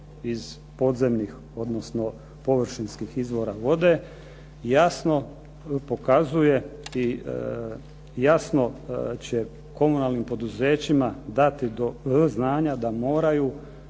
iz podzemnih odnosno površinskih izvora vode, jasno pokazuje i jasno će komunalnim poduzećima dati do znanja da moramo